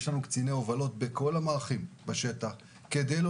יש לנו קציני הובלות בכל המערכים בשטח כדי לא